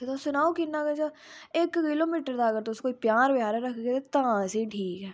तुस सनाओ किन्ना इक किलोमिटर दा किन्ना अगर तुस कोई पंजाह् रुपये रक्खे दे ता तुस ठीक ऐ